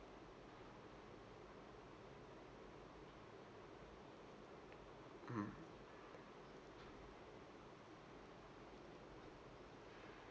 mmhmm